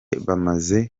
bamaze